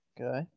Okay